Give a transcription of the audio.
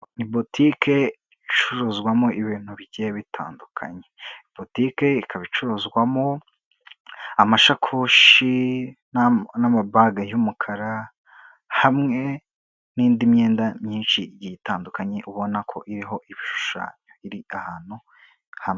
Ni botike icuruzwamo ibintu bigiye bitandukanye, botike ikaba icuruzwamo amashakoshi n'amabaga y'umukara, hamwe n'indi myenda myinshi igiye itandukanye ubona ko iriho ibishushanyo iri ahantu hamwe.